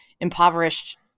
impoverished